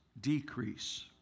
decrease